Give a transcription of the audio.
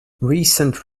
recent